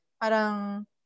parang